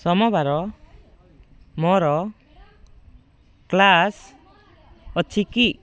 ସୋମବାର ମୋର କ୍ଲାସ୍ ଅଛି କି